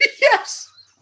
Yes